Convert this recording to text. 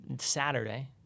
Saturday